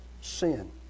sin